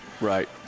right